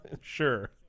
sure